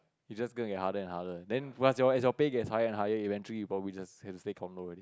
it just getting harder and harder then once your pay get higher and higher eventually you probably have to stay condo already